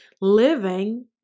living